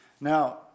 Now